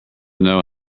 know